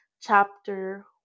chapter